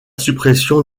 suppression